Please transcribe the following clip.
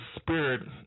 spirit